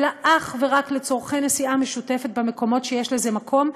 אלא אך ורק לצורכי נסיעה משותפת במקומות שיש לזה מקום,